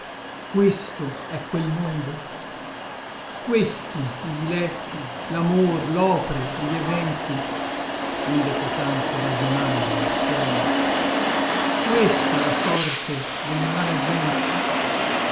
questo è quel mondo questi i diletti l'amor l'opre gli eventi onde cotanto ragionammo insieme questa la sorte dell'umane genti